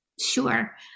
Sure